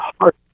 heart